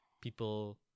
people